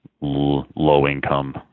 low-income